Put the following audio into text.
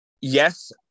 yes